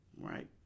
right